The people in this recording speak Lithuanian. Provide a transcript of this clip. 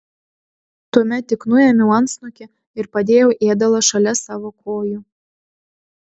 tuomet tik nuėmiau antsnukį ir padėjau ėdalą šalia savo kojų